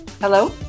Hello